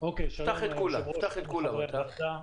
ליושב-ראש ולחברי הוועדה,